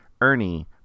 Ernie